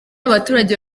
abaturage